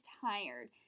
tired